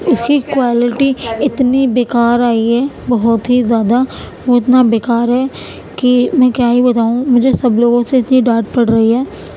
اس کی کوالیٹی اتنی بےکار آئی ہے بہت ہی زیادہ وہ اتنا بےکار ہے کہ میں کیا ہی بتاؤں مجھے سب لوگوں سے اتنی ڈانٹ پڑ رہی ہے